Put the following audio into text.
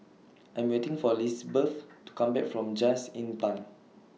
I'm waiting For Lizbeth to Come Back from Just Inn Pine